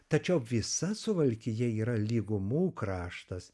tačiau visa suvalkija yra lygumų kraštas